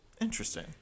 Interesting